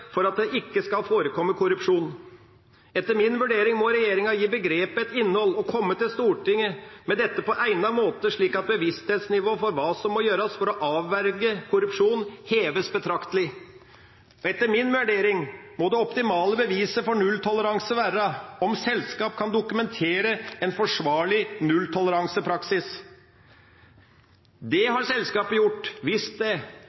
for at det ikke skal forekomme korrupsjon. Etter min vurdering må regjeringa gi begrepet et innhold og komme til Stortinget med dette på egnet måte, slik at bevissthetsnivået for hva som må gjøres for å avverge korrupsjon, heves betraktelig. Etter min vurdering må det optimale beviset for nulltoleranse være om selskap kan dokumentere en forsvarlig nulltoleransepraksis. Det har selskapet gjort hvis det,